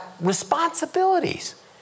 responsibilities